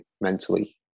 mentally